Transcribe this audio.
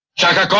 shakka.